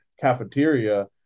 cafeteria